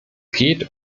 geht